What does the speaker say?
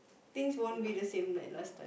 things won't be the same like last time